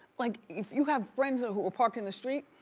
like if you have friends ah who are parked in the street,